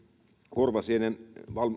korvasienistä